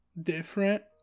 different